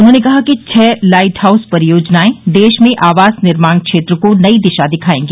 उन्होंने कहा कि छह लाइट हाउस परियोजनाए देश में आवास निर्माण क्षेत्र को नई दिशा दिखाएगी